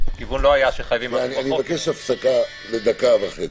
אבקש הפסקה לדקה וחצי.